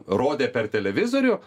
rodė per televizorių